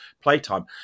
playtime